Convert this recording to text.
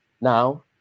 Now